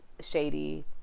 shady